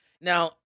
Now